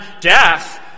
death